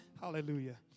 Hallelujah